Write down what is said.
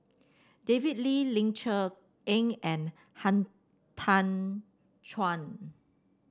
David Lee Ling Cher Eng and Han Tan Juan